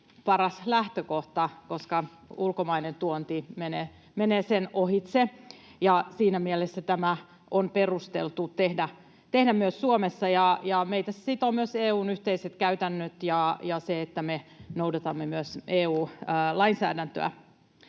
paras lähtökohta, koska ulkomainen tuonti menee sen ohitse, ja siinä mielessä tämä on perusteltua tehdä myös Suomessa. Meitä tässä sitoo myös EU:n yhteiset käytännöt ja se, että me noudatamme myös EU-lainsäädäntöä.